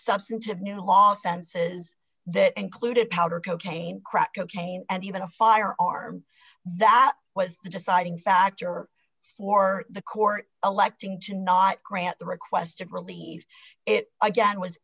substantive new long fences that included powder cocaine crack cocaine and even a firearm that was the deciding factor for the court electing to not grant the request of relief it again was